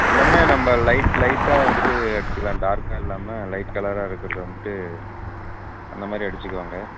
எல்லாமே நம்ம லைட் லைட்டாக வந்துட்டு அடிச்சிக்கலாம் டார்க்காக இல்லாமல் லைட் கலராக இருக்கிறத வந்துட்டு அந்த மாதிரி அடிச்சிக்கோங்கள்